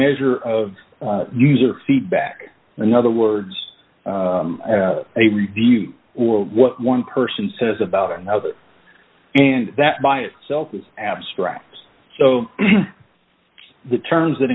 measure of user feedback in other words a review or what one person says about another and that by itself is abstract so the terms that